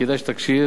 כדאי שתקשיב,